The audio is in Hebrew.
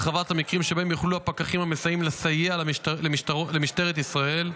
הרחבת המקרים שבהם יוכלו הפקחים המסייעים לסייע למשטרת ישראל,